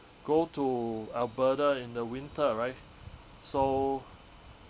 go to alberta in the winter right so